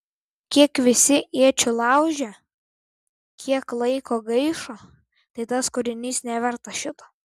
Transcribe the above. kiek visi iečių laužė kiek laiko gaišo tai tas kūrinys nevertas šito